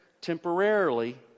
temporarily